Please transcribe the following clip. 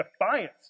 defiance